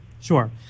Sure